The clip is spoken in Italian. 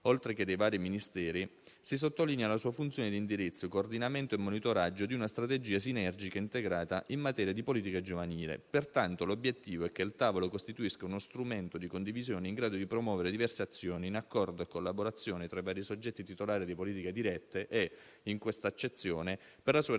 oltre che dei vari Ministeri, si sottolinea la sua funzione di indirizzo, coordinamento e monitoraggio di una strategia sinergica e integrata in materia di politiche giovanili. Pertanto, l'obiettivo è che il tavolo costituisca uno strumento di condivisione in grado di promuovere diverse azioni, in accordo e collaborazione tra i vari soggetti titolari di politiche dirette e, in questa accezione, per la sua realizzazione